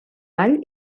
all